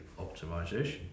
optimization